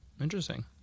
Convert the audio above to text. Interesting